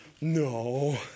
No